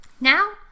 Now